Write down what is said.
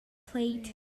plate